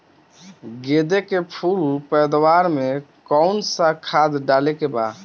गेदे के फूल पैदवार मे काउन् सा खाद डाले के बा?